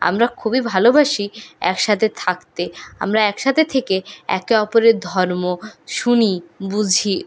আমরা খুবই ভালোবাসি একসাথে থাকতে আমরা একসাথে থেকে একে অপরের ধর্ম শুনি বুঝি